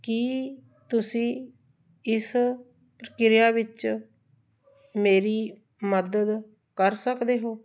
ਕੀ ਤੁਸੀਂ ਇਸ ਪ੍ਰਕਿਰਿਆ ਵਿੱਚ ਮੇਰੀ ਮਦਦ ਕਰ ਸਕਦੇ ਹੋ